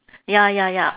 ya ya ya